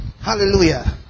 Hallelujah